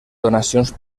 donacions